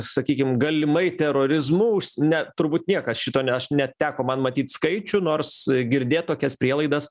sakykim galimai terorizmu ne turbūt niekas šito ne aš neteko man matyt skaičių nors girdėt tokias prielaidas